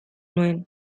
nuen